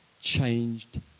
changed